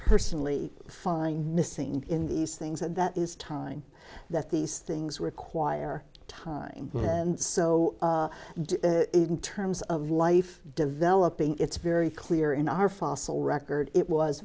personally find missing in these things and that is time that these things require time and so in terms of life developing it's very clear in our fossil record it was